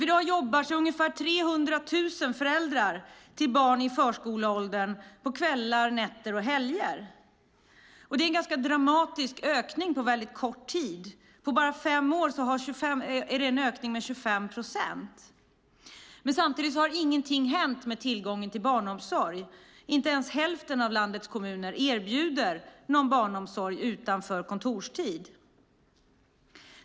I dag jobbar ungefär 300 000 föräldrar till barn i förskoleåldern kvällar, nätter och helger. Det är en ganska dramatisk ökning på väldigt kort tid; på bara fem år är det en ökning med 25 procent. Samtidigt har ingenting hänt med tillgången till barnomsorg. Inte ens hälften av landets kommuner erbjuder barnomsorg utanför kontorstid.